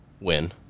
Win